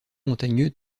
montagneux